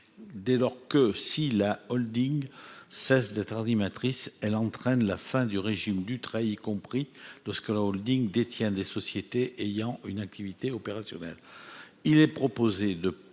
dès lors que, si la cesse d'être animatrice, elle entraîne la fin du régime Dutreil, y compris lorsque la détient des sociétés ayant une activité opérationnelle.